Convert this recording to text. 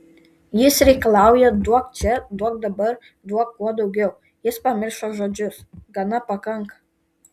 jis reikalauja duok čia duok dabar duok kuo daugiau jis pamiršo žodžius gana pakanka